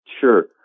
Sure